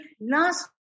last